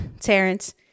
Terrence